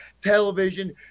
television